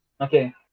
okay